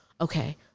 okay